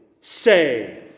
say